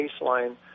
baseline